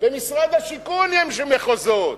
במשרד השיכון יש מחוזות.